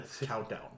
countdown